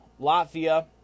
Latvia